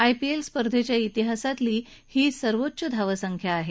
IPL स्पर्धेच्या श्तिहासातली ही सर्वोच्च धावसंख्या आहे